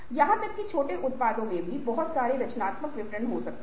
यहां तक कि छोटे उत्पादों में भी बहुत सारे रचनात्मक विवरण हो सकते हैं